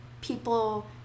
people